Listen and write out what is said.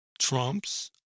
Trump's